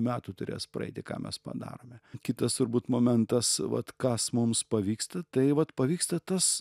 metų turės praeiti ką mes padarome kitas turbūt momentas vat kas mums pavyksta tai vat pavyksta tas